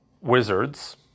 wizards